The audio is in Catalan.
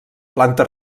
planta